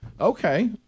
okay